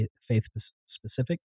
faith-specific